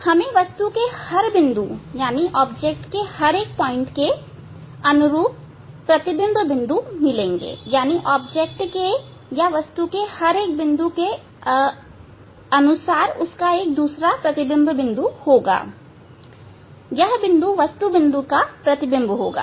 हमें वस्तु के हर बिंदु के अनुरूप प्रतिबिंब बिंदु मिलेगा यह बिंदु वस्तु बिंदु का प्रतिबिंब होंगे